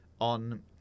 on